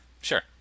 sure